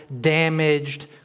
damaged